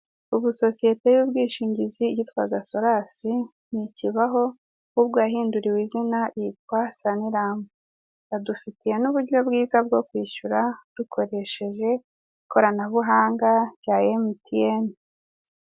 Ubu sosiyete y'ubwishingizi yitwaga sorasi ntikibaho, ahubwo yahinduriwe izina yitwa saniramu; badufitiye n'uburyo bwiza bwo kwishyura dukoresheje ikoranabuhanga rya MTN.